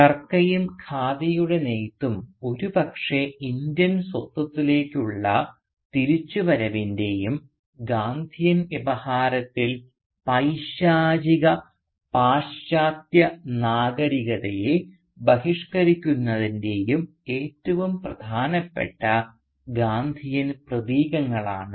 ചർക്കയും ഖാദിയുടെ നെയ്ത്തും ഒരുപക്ഷേ ഇന്ത്യൻ സ്വത്വത്തിലേക്ക് ഉള്ള തിരിച്ചുവരവിൻറെയും ഗാന്ധിയൻ വ്യവഹാരത്തിൽ പൈശാചിക പാശ്ചാത്യനാഗരികതയെ ബഹിഷ്കരിക്കുന്നതിൻറെയും ഏറ്റവും പ്രധാനപ്പെട്ട ഗാന്ധിയൻ പ്രതീകങ്ങളാണ്